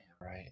right